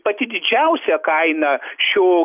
pati didžiausia kaina šio